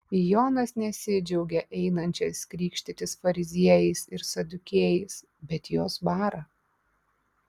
jonas nesidžiaugia einančiais krikštytis fariziejais ir sadukiejais bet juos bara